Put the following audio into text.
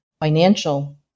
financial